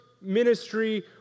ministry